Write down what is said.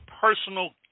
personal